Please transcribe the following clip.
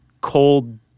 cold